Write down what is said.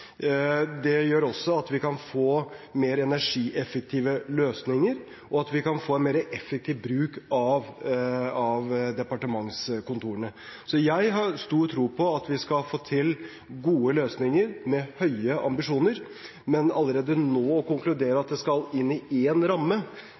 Det gjør også at vi kan få mer energieffektive løsninger, og at vi kan få en mer effektiv bruk av departementskontorene. Så jeg har stor tro på at vi skal få til gode løsninger, med høye ambisjoner, men allerede nå å konkludere